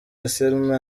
anselme